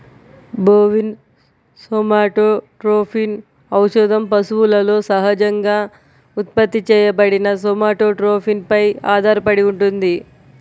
bovine somatotropin ఔషధం పశువులలో సహజంగా ఉత్పత్తి చేయబడిన సోమాటోట్రోపిన్ పై ఆధారపడి ఉంటుంది